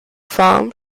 farm